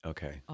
Okay